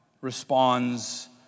responds